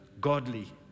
godly